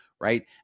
right